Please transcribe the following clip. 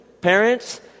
parents